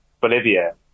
Bolivia